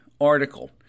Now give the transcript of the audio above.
article